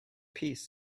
piece